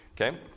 okay